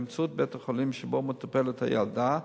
באמצעות בית-החולים שבו מטופלת הילדה,